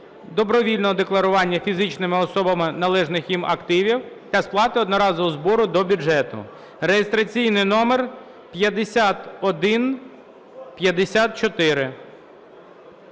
добровільного декларування фізичними особами належних їм активів та сплати одноразового збору до бюджету (реєстраційний номер 5154).